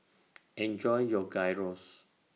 Enjoy your Gyros